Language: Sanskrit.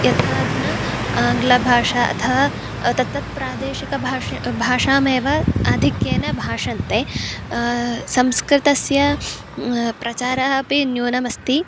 यथा अधुना आङ्ग्लभाषा अथ तां तां प्रादेशिकभाषां भाषामेव आधिक्येन भाषन्ते संस्कृतस्य प्रचारः अपि न्यूनमस्ति